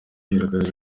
bigaragara